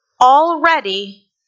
already